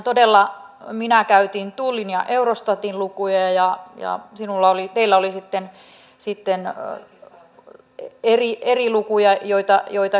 todella minä käytin tullin ja eurostatin lukuja ja teillä oli sitten eri lukuja joita käytitte